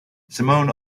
simone